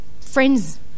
friends